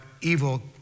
evil